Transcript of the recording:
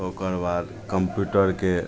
ओकरबाद कम्प्यूटरके